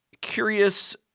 curious